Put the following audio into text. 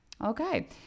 Okay